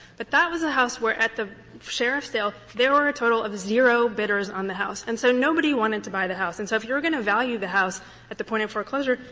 but that was a house where at the sheriff's sale, there were a total of zero bidders on the house, and so nobody wanted to buy the house. and so if you were going to value the house at the point of foreclosure,